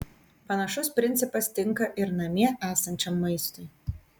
panašus principas tinka ir namie esančiam maistui